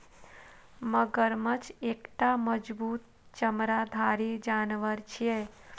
मगरमच्छ एकटा मजबूत चमड़ाधारी जानवर छियै